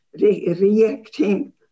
reacting